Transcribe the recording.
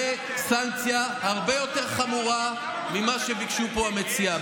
זו סנקציה הרבה יותר חמורה ממה שביקש פה המציע.